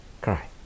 Cry